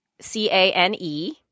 c-a-n-e